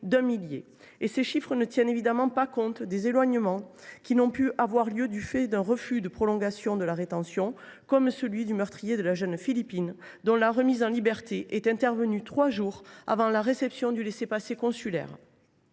Je précise que ces chiffres ne tiennent évidemment pas compte des éloignements qui n’ont pu avoir lieu du fait d’un refus de prolongation de la rétention, comme celui du meurtrier de la jeune Philippine, dont la remise en liberté est intervenue trois jours avant la réception du laissez passer consulaire.